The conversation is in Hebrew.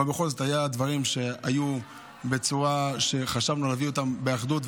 אבל בכל זאת היו דברים שהיו בצורה שחשבנו להביא אותם באחדות,